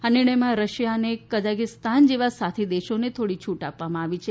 આ નિર્ણયમાં રશિયા અને કઝાગીસ્તાન જેવા સાથી દેશોને થોડીક છૂટ આપવામાં આવી છે